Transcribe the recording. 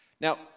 Now